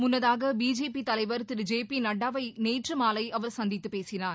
முன்னதாக பிஜேபி தலைவர் திரு ஜே பி நட்டாவை நேற்று மாலை அவர் சந்தித்துப் பேசினார்